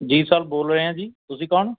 ਜੀ ਸਰ ਬੋਲ ਰਿਹਾਂ ਜੀ ਤੁਸੀਂ ਕੌਣ